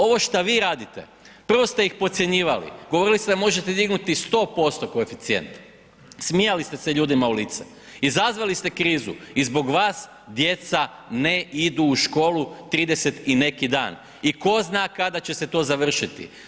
Ovo šta vi radite, prvo ste ih podcjenjivali, govorili ste da možete dignuti 100% koeficijent, smijali ste se ljudima u lice, izazvali ste krizu i zbog vas djeca ne idu u školu 30 i neki dan i tko zna kada će se to završiti.